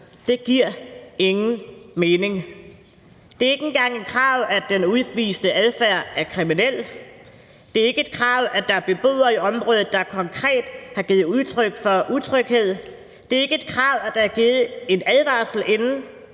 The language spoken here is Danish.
Det giver ingen mening. Det er ikke engang et krav, at den udviste adfærd er kriminel, det er ikke et krav, at der er beboere i området, der konkret har givet udtryk for utryghed, det er ikke et krav, at der er givet en advarsel inden,